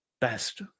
best